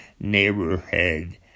neighborhood